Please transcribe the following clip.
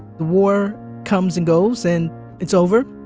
the war comes and goes, and it's over.